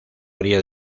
orilla